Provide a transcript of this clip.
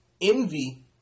Envy